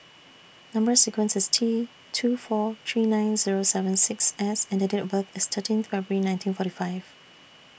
Number sequence IS T two four three nine Zero seven six S and Date of birth IS thirteen February nineteen forty five